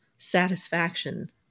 satisfaction